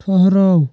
ٹھٕہرو